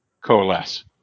coalesce